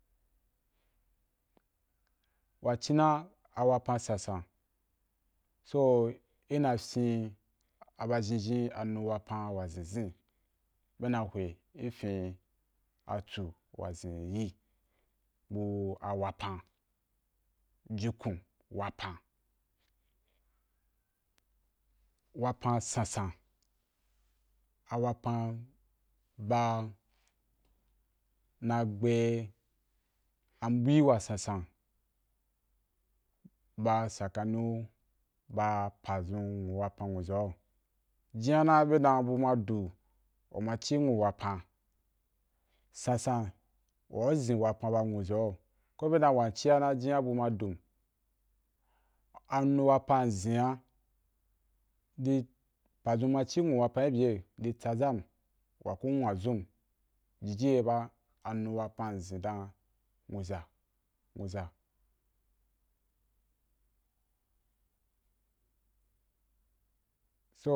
Wa ci na a wapan san san so i na fyin aba zhinzhin a nu wapan wa zinzin be na hwe i fin atsu wa zin yi yi bu a wapan jukun wapan, wapan sansan a wapan ba na gbe abui wa san san ba tsakani’u ba pazun ba nwu wapab nwuza’u jinyana be dan bu ma du u ma ci nwu wapan sansan wa u zin wapan ba nwuza’u ko be dan wa nci ya na bu na dom, a nu wapan nzin’a di pazun ma ci nwu wapan i bya di tsazam wa ku nwa zum jiji ye ba anu wapan nzin dan nwuza nwuza.